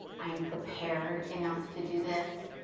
i am prepared enough to do this.